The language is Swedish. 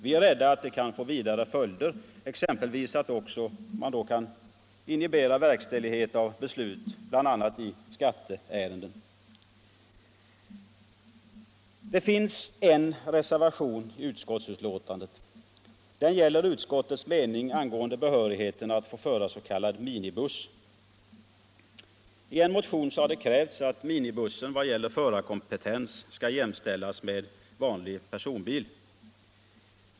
Vi är rädda att det kan få vidare följder, exempelvis att man då även kan inhibera verkställighet av beslut i skatteärenden. Det finns en reservation till utskottsbetänkandet. Den gäller utskottets mening angående behörigheten att få föra s.k. minibuss. I en motion har krävts att minibussen vad gäller förarkompetens skall jämställas med vanlig personbil.